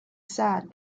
sad